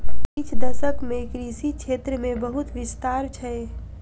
किछ दशक मे कृषि क्षेत्र मे बहुत विस्तार भेल छै